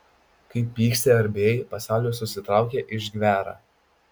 kai pyksti ar bijai pasaulis susitraukia išgvęra